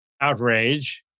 outrage